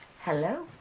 Hello